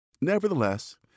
Nevertheless